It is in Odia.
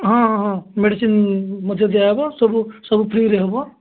ହଁ ହଁ ହଁ ମେଡ଼ିସିନ୍ ମୁଝେ ଦିଆହେବ ସବୁ ସବୁ ଫ୍ରିରେ ହେବ